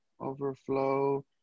Overflow